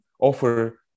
offer